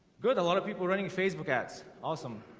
good a lot of people running facebook ads awesome.